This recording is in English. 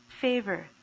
favor